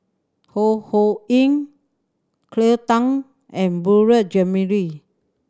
Ho Ho Ying Cleo Thang and Beurel Jean Marie